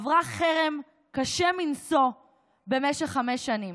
עברה חרם קשה מנשוא במשך חמש שנים.